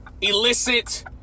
elicit